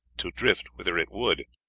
to drift whither it would.